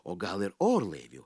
o gal ir orlaiviu